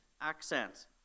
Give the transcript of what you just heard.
accent